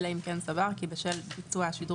אלא אם כן סבר כי בשל ביצוע השדרוג